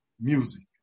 music